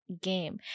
game